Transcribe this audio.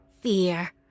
Fear